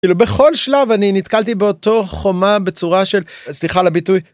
-ילו, בכל שלב אני נתקלתי באותו חומה בצורה של, א-סליחה על הביטוי,